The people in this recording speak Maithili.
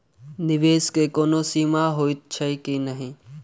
निवेश केँ कोनो सीमा होइत छैक की?